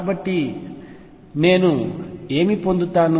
కాబట్టి నేను ఏమి పొందుతాను